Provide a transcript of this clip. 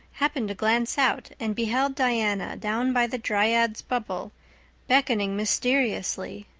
happened to glance out and beheld diana down by the dryad's bubble beckoning mysteriously.